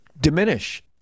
diminish